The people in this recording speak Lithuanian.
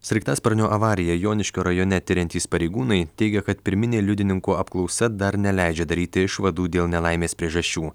sraigtasparnio avariją joniškio rajone tiriantys pareigūnai teigia kad pirminė liudininkų apklausa dar neleidžia daryti išvadų dėl nelaimės priežasčių